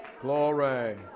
Glory